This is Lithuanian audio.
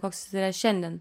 koks jis yra šiandien